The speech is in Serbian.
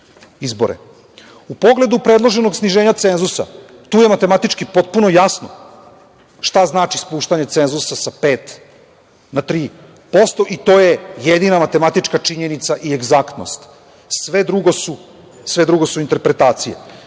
pogledu predloženog sniženja cenzusa, tu je matematički potpuno jasno šta znači spuštanje cenzusa sa pet na tri posto i to je jedina matematička činjenica i egzaktnost. Sve drugo su interpretacije.